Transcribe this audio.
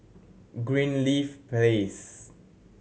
Greenleaf Place